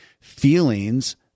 feelings